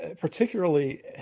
Particularly